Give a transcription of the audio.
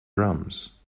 drums